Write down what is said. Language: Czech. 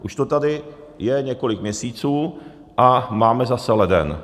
Už to tady je několik měsíců a máme zase leden.